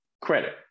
credit